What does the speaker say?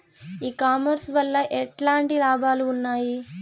ఈ కామర్స్ వల్ల ఎట్లాంటి లాభాలు ఉన్నాయి?